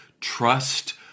trust